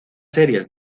series